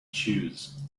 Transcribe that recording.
choose